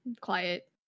quiet